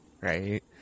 right